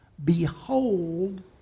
Behold